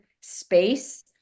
space